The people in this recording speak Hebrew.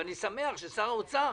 ואני שמח ששר האוצר